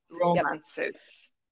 romances